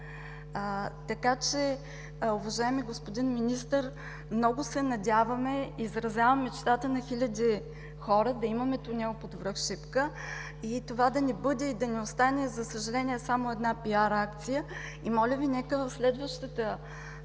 Шипка. Уважаеми господин Министър, много се надяваме и изразявам мечтата на хиляди хора, да имаме тунел под връх Шипка. И това да не бъде и да не остане, за съжаление, само една PR-акция. Моля Ви, нека в следващата